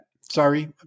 Sorry